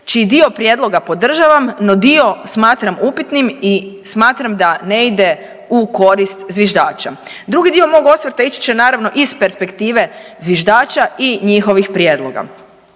čiji dio prijedloga podržavam, no dio smatram upitnim i smatram da ne ide u korist zviždača. Drugi dio mog osvrta ići će naravno iz perspektive zviždača i njihovih prijedloga.